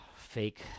fake